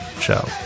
show